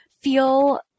feel